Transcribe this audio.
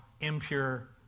impure